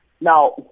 Now